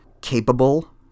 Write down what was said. capable